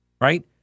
Right